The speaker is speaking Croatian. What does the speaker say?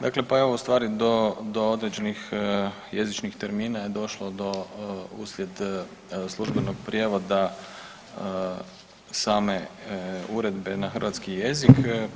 Dakle, pa evo u stvari do, do određenih jezičnih termina je došlo do uslijed službenog prijevoda same uredbe na hrvatski jezik.